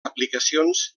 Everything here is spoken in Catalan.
aplicacions